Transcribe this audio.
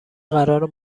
قرار